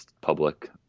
public